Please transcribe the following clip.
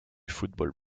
football